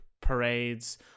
parades